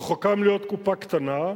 רחוקה מלהיות קופה קטנה,